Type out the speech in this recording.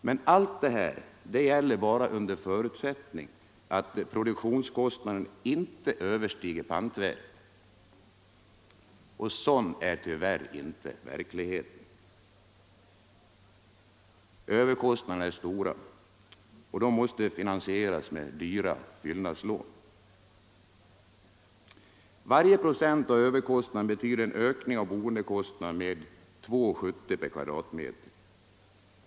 Men allt detta gäller bara under förutsättning att produktionskostnaden inte överstiger pantvärdet. Och sådan är tyvärr inte verkligheten. Överkostnaderna är stora och måste finansieras med dyra fyllnadslån. Varje procent av överkostnaden betyder en ökning av boendekostnaden med 2:70 kronor per m'.